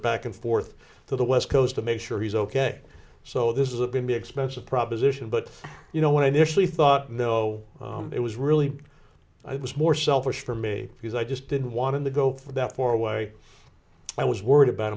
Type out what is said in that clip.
back and forth to the west coast to make sure he's ok so this is a been the expensive proposition but you know when i initially thought no it was really i was more selfish for me because i just didn't want to go for that for way i was worried about